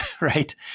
Right